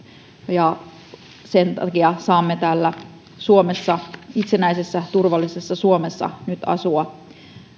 ja että sen takia saamme täällä suomessa itsenäisessä turvallisessa suomessa nyt asua